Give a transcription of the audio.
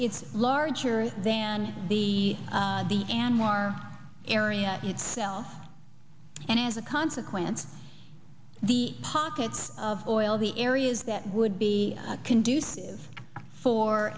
it's larger than the the anwar area itself and as a consequence the pockets of oil the areas that would be conducive for